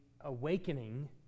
awakening